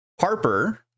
Harper